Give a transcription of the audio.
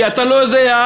כי אתה לא יודע,